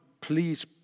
please